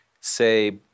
say